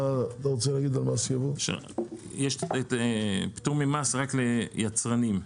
יש פטור ממס רק ליצרנים,